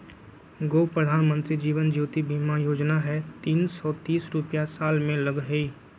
गो प्रधानमंत्री जीवन ज्योति बीमा योजना है तीन सौ तीस रुपए साल में लगहई?